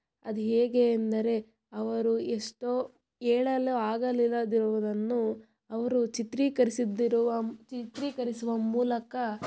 ಅದು ಹೇಗೆ ಅಂದರೆ ಅವರು ಎಷ್ಟೊ ಹೇಳಲು ಆಗಲಿರದಿರುವುದನ್ನು ಅವರು ಚಿತ್ರೀಕರಿಸಿರುವ ಚಿತ್ರೀಕರಿಸುವ ಮೂಲಕ